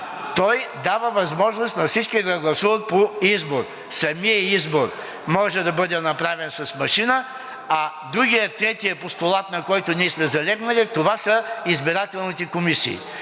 той дава възможност на всички да гласуват по избор. Самият избор може да бъде направен с машина, а другият, третият постулат, на който сме залегнали, това са избирателните комисии.